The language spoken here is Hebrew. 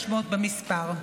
כ-1,500 במספר.